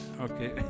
okay